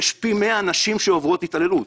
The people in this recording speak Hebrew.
אך יש פי מאה נשים שעוברות התעללות.